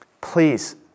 please